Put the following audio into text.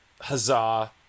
Huzzah